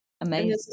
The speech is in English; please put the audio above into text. amazing